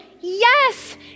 Yes